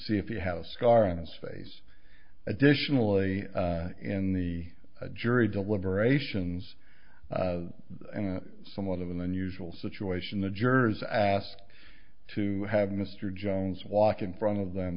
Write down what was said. see if you had a scar on his face additionally in the jury deliberations and somewhat of an unusual situation the jurors asked to have mr jones walk in front of them